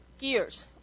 gears